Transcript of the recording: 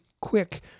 quick